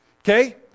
Okay